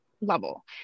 level